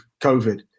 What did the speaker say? COVID